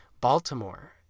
Baltimore